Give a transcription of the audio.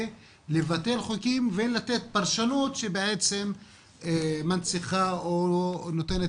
לבטל חוקים ולתת פרשנות שבעצם מנציחה או נותנת